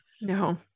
No